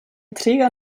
träger